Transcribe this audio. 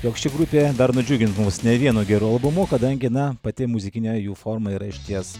jog ši grupė dar nudžiugins mus ne vienu geru albumu kadangi na pati muzikinė jų forma yra išties